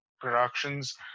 productions